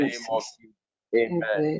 Amen